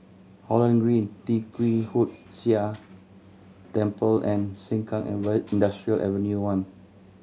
Holland Green Tee Kwee Hood Sia Temple and Sengkang Industrial Avenue one